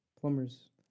Plumbers